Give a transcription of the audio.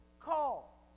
call